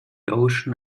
ocean